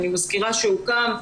שאני מזכירה שהוקם.